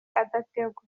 adategwa